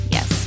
Yes